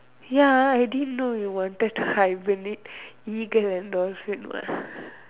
ya I didn't know you wanted to hibernate eagle and dolphin what